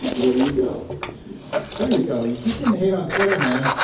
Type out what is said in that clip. there you go there you go. you keep getting hate on twitter, man.